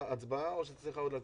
נעה, הצבעה או שצריך לקרוא עוד משהו?